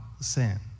sin